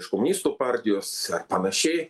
iš komunistų partijos ar panašiai